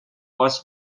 was